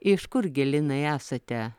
iš kur gi linai esate